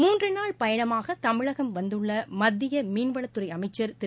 மூன்று நாள் பயணமாக தமிழகம் வந்துள்ள மத்திய மீன்வளத்துறை அமைச்சா் திரு